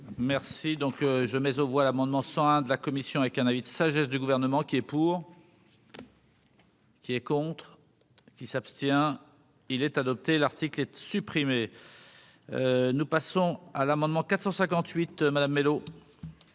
Merci donc je mais aux voix l'amendement 101 de la commission avec qu'un avis de sagesse du gouvernement qui est pour. Qui est contre. Qui s'abstient, il est adopté l'article être supprimés, nous passons à l'amendement 458 Madame Mellow.